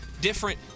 different